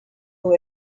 who